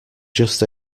just